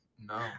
No